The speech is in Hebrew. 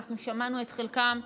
אנחנו שמענו את חלקם,